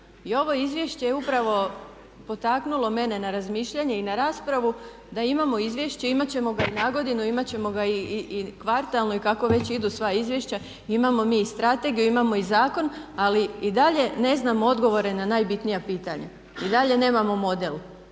I ovo izvješće je upravo potaknulo mene na razmišljanje i na raspravu da imamo izvješće, imat ćemo ga i nagodinu, imat ćemo ga i kvartalno i kako već idu sva izvješća i imamo mi i strategiju, imamo i zakon ali i dalje ne znamo odgovore na najbitnija pitanja, i dalje nemamo model